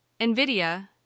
Nvidia